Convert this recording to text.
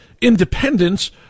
independence